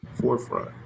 forefront